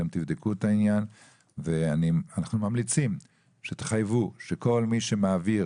אתם תבדקו את העניין ואנחנו ממליצים שתחייבו שכל מי שמעביר